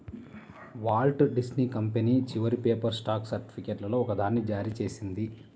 Walt Disney company చివరి paper stock సర్టిఫికేట్లలో ఒకదాన్ని జారీ చేసింది